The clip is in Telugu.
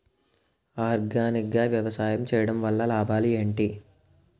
ఆర్గానిక్ గా వ్యవసాయం చేయడం వల్ల లాభాలు ఏంటి?